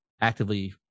actively